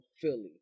Philly